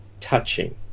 touching